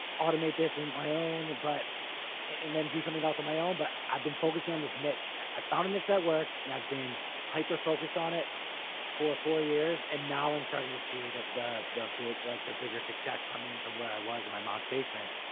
automate this in my own but and then do something else on my own. but i've been focusing on this niche. i found a niche that works and i've been hyper-focused on it for four years. and now i'm starting to see the the big, like the bigger success um coming from where i was in my mom's basement.